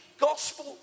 gospel